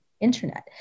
internet